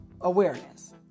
awareness